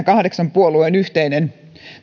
kahdeksan puolueen yhteinen